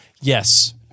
Yes